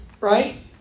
Right